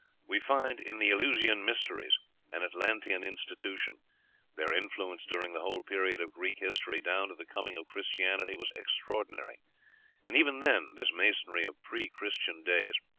we find in the eleusinian mysteries an atlantean institution their influence during the whole period of greek history down to the coming of christianity was extraordinary and even then this masonry of pre-christian days,